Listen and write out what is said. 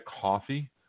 coffee